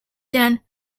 than